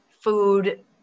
Food